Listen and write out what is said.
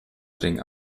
ring